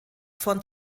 von